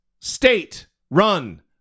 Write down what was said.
state-run